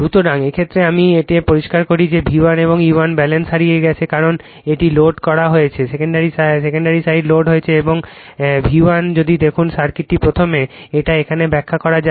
সুতরাং এই ক্ষেত্রে আমি এটি পরিষ্কার করি যে V1 এবং E1 ব্যালেন্স হারিয়ে গেছে কারণ এটি লোড করা হয়েছে সেকেন্ডারি সাইড লোড হয়েছে এবং V1 যদি দেখুন সার্কিটটি প্রথমে এটা এখানে ব্যাখ্যা করা যাক